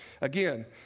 Again